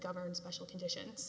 govern special conditions